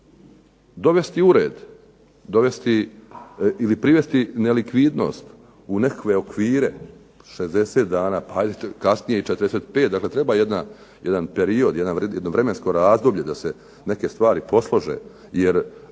dovesti ili privesti nelikvidnost u nekakve okvire, 60 dana pa ajde kasnije i 45, dakle treba jedan period, jedno vremensko razdoblje da se neke stvari poslože jer